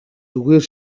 зүгээр